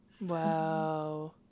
wow